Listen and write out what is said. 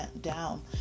down